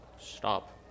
stop